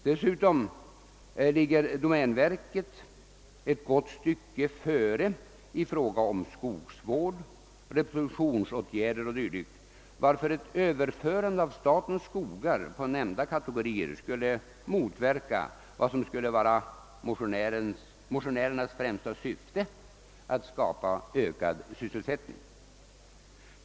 Dessutom ligger domänverket ett gott stycke före i fråga om skogsvård, reproduktionsåtgärder och dylikt, varför ett överförande av statens skogar på nämnda kategorier skulle motverka motionärernas främsta syfte: att skapa ökad sysselsättning.